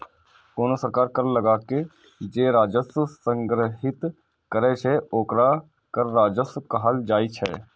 कोनो सरकार कर लगाके जे राजस्व संग्रहीत करै छै, ओकरा कर राजस्व कहल जाइ छै